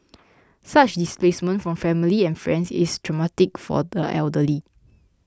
such displacement from family and friends is traumatic for the elderly